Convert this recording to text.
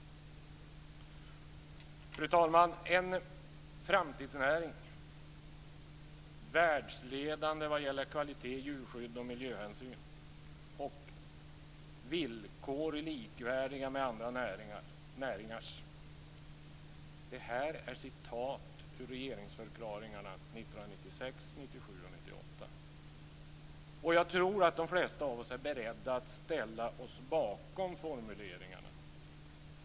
Fru talman! En "framtidsnäring", "världsledande vad gäller kvalitet, djurskydd och miljöhänsyn" och "villkor som är likvärdiga med andra näringars" - det här är citat ur regeringsförklaringarna 1996, 1997 och 1998. Och jag tror att de flesta av oss är beredda att ställa oss bakom formuleringarna.